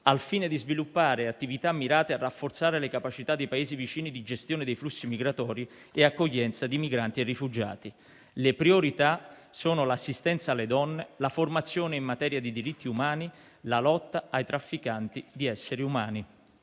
al fine di sviluppare attività mirate a rafforzare le capacità dei Paesi vicini di gestione dei flussi migratori e accoglienza di migranti e rifugiati. Le priorità sono l'assistenza alle donne, la formazione in materia di diritti umani, la lotta ai trafficanti di esseri umani.